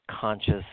conscious